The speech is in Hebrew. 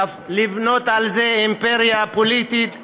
לבנות על זה אימפריה פוליטית זה,